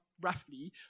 roughly